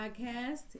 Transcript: Podcast